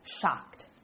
Shocked